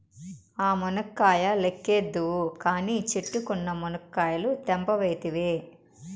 ఆ మునక్కాయ లెక్కేద్దువు కానీ, చెట్టుకున్న మునకాయలు తెంపవైతివే